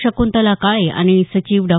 शकृंतला काळे आणि सचिव डॉ